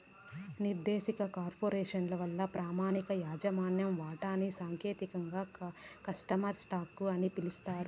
నిర్దేశిత కార్పొరేసను వల్ల ప్రామాణిక యాజమాన్య వాటాని సాంకేతికంగా కామన్ స్టాకు అని పిలుస్తారు